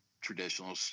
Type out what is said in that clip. traditional